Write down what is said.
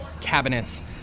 cabinets